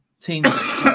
teams